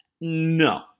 no